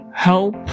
help